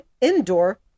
indoor